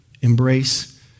embrace